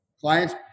clients